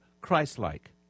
Christ-like